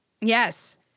Yes